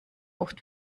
oft